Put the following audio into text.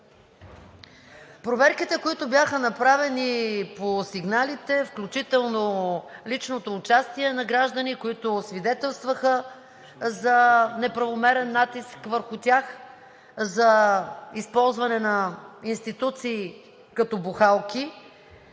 Проверките, които бяха направени по сигналите, включително личното участие на граждани, които свидетелстваха за неправомерен натиск върху тях, за използване на институции като „бухалки“,